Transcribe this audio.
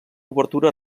obertura